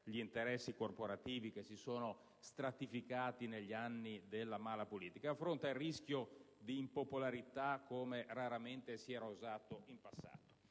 gli interessi corporativi che si sono stratificati negli anni della malapolitica. Essa affronta il rischio di impopolarità come raramente si era usato in passato.